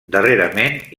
darrerament